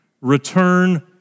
Return